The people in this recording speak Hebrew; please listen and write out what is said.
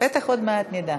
בטח עוד מעט נדע.